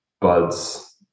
Bud's